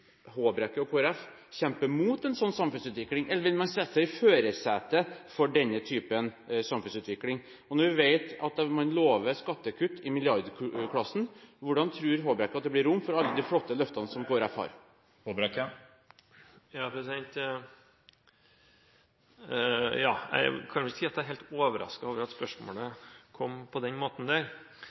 Håbrekke og Kristelig Folkeparti kjempe mot en sånn samfunnsutvikling, eller vil man sette seg i førersetet med tanke på denne type samfunnsutvikling? Når vi vet at man lover skattekutt i milliardklassen: Tror representanten Håbrekke at det vil bli rom for alle de flotte løftene som Kristelig Folkeparti har? Jeg kan ikke si at jeg er helt overrasket at spørsmålet kom på denne måten, men det ligger jo relativt langt utenfor den